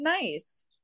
nice